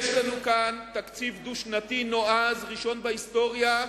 יש לנו כאן תקציב דו-שנתי נועז, ראשון בהיסטוריה,